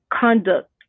conduct